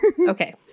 Okay